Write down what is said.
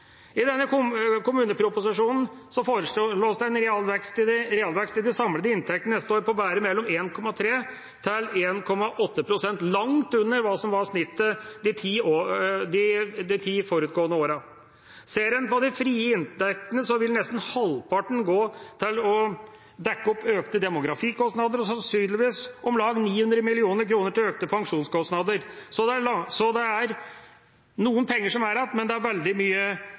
I denne kommuneproposisjonen foreslås det en realvekst i de samlede inntektene til neste år på bare 1,3 pst. til 1,8 pst. – langt under snittet de ti forutgående åra. Ser en på de frie inntektene, vil nesten halvparten gå til å dekke opp økte demografikostnader og sannsynligvis om lag 900 mill. kr til økte pensjonskostnader, så det er noen penger som er igjen, men det er veldig